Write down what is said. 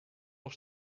nog